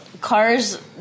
Cars